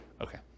Okay